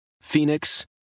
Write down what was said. Phoenix